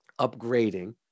upgrading